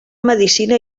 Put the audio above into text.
medicina